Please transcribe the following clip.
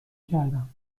گردم